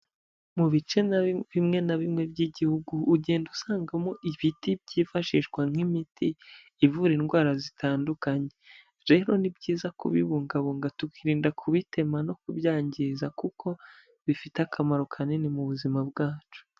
Mu bice bimwe na bimwe by'igihugu, ugenda usangamo ibiti byifashishwa nk'imiti ivura indwara zitandukanye, rero ni byiza kubibungabunga tukirinda kubitema no kubyangiza kuko bifite akamaro kanini mu buzima bwacu.